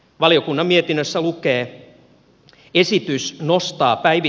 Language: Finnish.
valiokunnan mietinnössä lukee